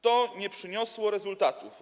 To nie przyniosło rezultatów.